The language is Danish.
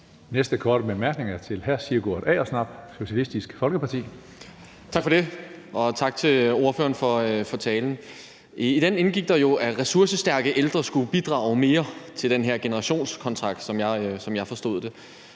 næste korte bemærkning er til hr. Sigurd Agersnap, Socialistisk Folkeparti. Kl. 19:53 Sigurd Agersnap (SF): Tak for det. Og tak til ordføreren for talen. I den indgik der jo, at ressourcestærke ældre skulle bidrage mere til den her generationskontrakt, som jeg forstod det,